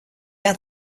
had